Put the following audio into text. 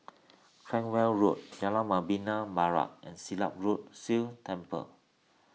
Cranwell Road Jalan Membina Barat and Silat Road Sikh Temple